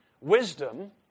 Wisdom